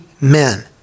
men